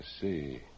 see